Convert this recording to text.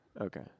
Okay